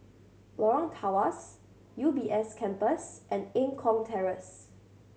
Lorong Tawas U B S Campus and Eng Kong Terrace